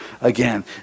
again